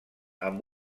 amb